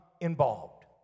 involved